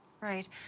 Right